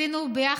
עשינו ביחד,